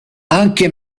anche